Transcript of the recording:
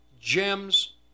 gems